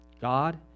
God